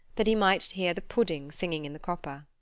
that he might hear the pudding singing in the copper.